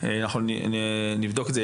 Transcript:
אנחנו נבדוק את זה.